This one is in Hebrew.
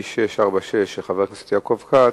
של חבר הכנסת יעקב כץ.